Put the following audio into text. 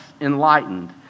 enlightened